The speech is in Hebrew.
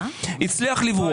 והצליח לברוח,